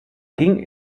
ging